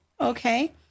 Okay